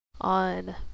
On